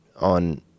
on